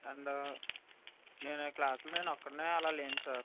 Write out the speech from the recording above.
and నేను క్లాసులో నేనొక్కడినే అలా లేను సార్